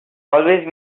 always